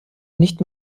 nicht